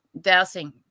dousing